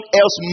else